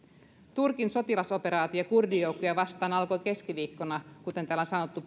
turkin sotilasoperaatio kurdijoukkoja vastaan alkoi keskiviikkona pohjois syyriassa kuten tällä on sanottu